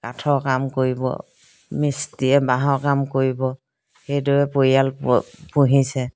কাঠৰ কাম কৰিব মিস্ত্ৰীয়ে বাঁহৰ কাম কৰিব সেইদৰে পৰিয়াল প পোহিছে